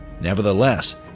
Nevertheless